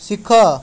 ଶିଖ